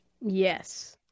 Yes